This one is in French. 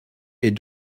est